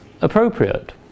appropriate